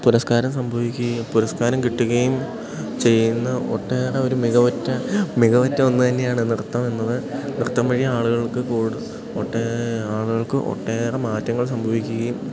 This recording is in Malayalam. പുരസ്കാരം സംഭവിക്കുകയും പുരസ്കാരം കിട്ടുകയും ചെയ്യുന്ന ഒട്ടേറെ ഒരു മികവുറ്റ മികവുറ്റ ഒന്നു തന്നെയാണ് നൃത്തം എന്നത് നൃത്തം വഴിയെ ആളുകൾക്ക് കൂ ഒട്ടേ ആളുകൾക്ക് ഒട്ടേറെ മാറ്റങ്ങൾ സംഭവിക്കുകയും